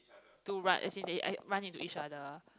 to write as in uh run into each other